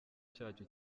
cyacu